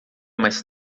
mais